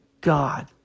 God